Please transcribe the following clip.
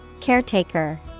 Caretaker